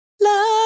Love